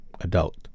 adult